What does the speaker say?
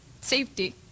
safety